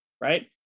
right